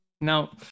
Now